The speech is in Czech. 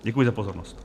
Děkuji za pozornost.